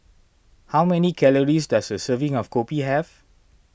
how many calories does a serving of Kopi have